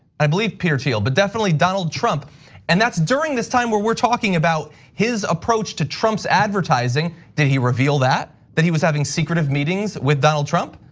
i believe peter thiel but definitely donald trump and that's during this time where we're talking about his approach to trump's advertising. did he reveal that? that he was having secretive meetings with donald trump?